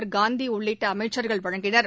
னந்தி உள்ளிட்ட அமைச்சர்கள் வழங்கினர்